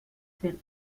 fer